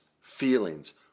feelings